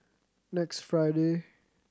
next Friday